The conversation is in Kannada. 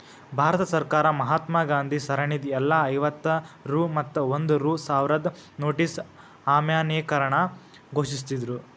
ಭಾರತ ಸರ್ಕಾರ ಮಹಾತ್ಮಾ ಗಾಂಧಿ ಸರಣಿದ್ ಎಲ್ಲಾ ಐವತ್ತ ರೂ ಮತ್ತ ಒಂದ್ ರೂ ಸಾವ್ರದ್ ನೋಟಿನ್ ಅಮಾನ್ಯೇಕರಣ ಘೋಷಿಸಿದ್ರು